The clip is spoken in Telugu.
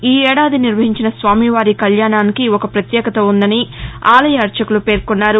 ఈ ఏడాది నిర్వహించిన స్వామివారి కళ్యాణానికి ఒక ప్రత్యేకత ఉందని ఆలయ అర్చకులు పేర్కొన్నారు